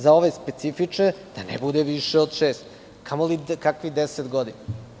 Za ove specifične da ne bude više od šest, kakvih deset godina.